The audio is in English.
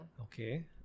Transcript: okay